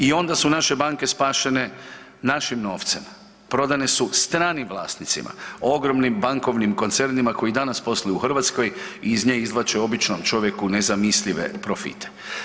I onda su naše banke spašene našim novcem, prodane su stranim vlasnicima, ogromnim bankovnim koncernima koji i danas posluju u Hrvatskoj i iz nje izvlače, običnom čovjeku nezamislive, profite.